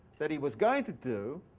that he was going to do,